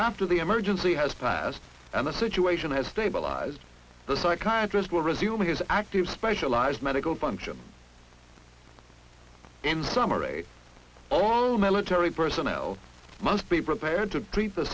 after the emergency has passed and the situation has stabilized the psychiatry's will resume his active specialized medical function in some array all military personnel must be prepared to treat the